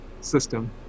system